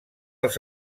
els